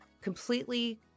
completely